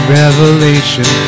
revelation